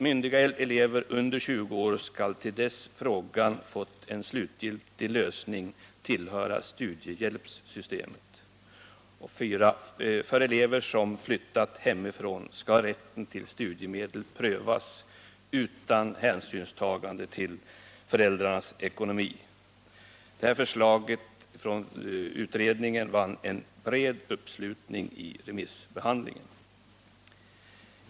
Myndiga elever under 20 år skall till dess frågan fått en slutgiltig lösning tillhöra studiehjälpssystemet. 4. För elever som flyttat hemifrån skall rätten till studiemedel prövas, utan hänsynstagande till föräldrarnas ekonomi. Detta förslag från utredningen vann en bred uppslutning vid remissbehandlingen.